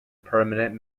permanent